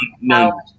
no